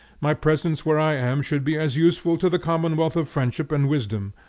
my presence where i am should be as useful to the commonwealth of friendship and wisdom,